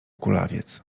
kulawiec